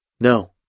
No